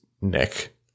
nick